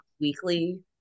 weekly